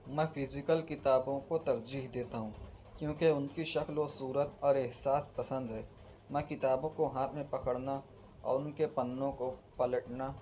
میں فزیکل کتابوں کو ترجیح دیتا ہوں کیونکہ ان کی شکل و صورت اور احساس پسند ہے میں کتابوں کو ہاتھ میں پکڑنا اور ان کے پنوں کو پلٹنا